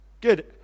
Good